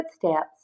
footsteps